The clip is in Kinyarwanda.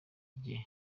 rye